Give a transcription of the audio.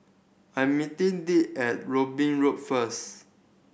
I'm meeting Dirk at Robin Road first